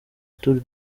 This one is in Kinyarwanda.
tour